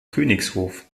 königshof